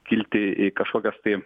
kilti į kažkokias tai